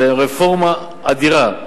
זו רפורמה אדירה.